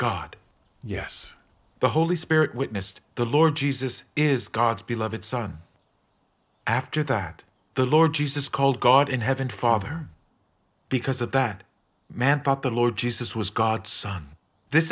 god yes the holy spirit witnessed the lord jesus is god's beloved son after that the lord jesus called god in heaven father because of that man thought the lord jesus was god's son this